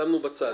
שמנו בצד.